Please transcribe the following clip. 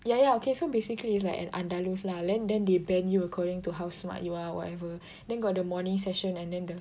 ya ya okay so basically it's like an Andalus lah then then they band you according to how smart you are whatever then got the morning session and then the